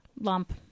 lump